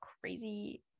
crazy